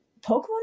Pokemon